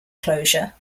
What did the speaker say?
closure